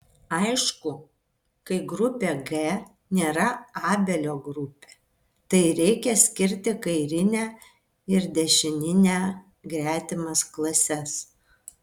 aišku kai grupė g nėra abelio grupė tai reikia skirti kairinę ir dešininę gretimas klases